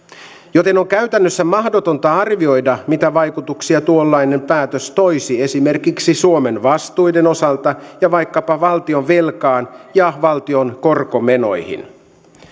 joten on käytännössä mahdotonta arvioida mitä vaikutuksia tuollainen päätös toisi esimerkiksi suomen vastuiden osalta ja vaikkapa valtionvelkaan ja valtion korkomenoihin